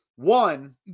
One